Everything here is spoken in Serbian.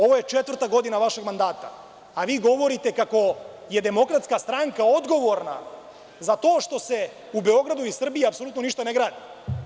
Ovo je četvrta godina vašeg mandata, a vi govorite kako je DS odgovorna za to što se u Beogradu i Srbiji apsolutno ništa ne gradi.